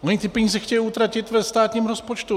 Oni ty peníze chtějí utratit ve státním rozpočtu.